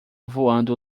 voando